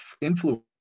influence